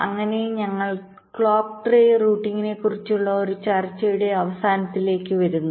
അങ്ങനെ ഞങ്ങൾ clock tree റൂട്ടിംഗിനെക്കുറിച്ചുള്ള ഒരു ചർച്ചയുടെ അവസാനത്തിലേക്ക് വരുന്നു